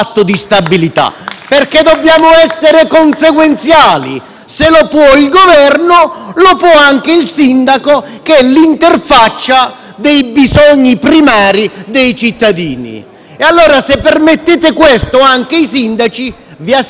se lo può fare il Governo, lo può anche il sindaco, che è l'interfaccia dei bisogni primari dei cittadini. Se permettete questo anche ai sindaci, vi assicuro che - in dissenso dal Gruppo del Partito Democratico